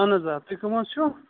اَہَن حظ آ تُہۍ کَم حظ چھُو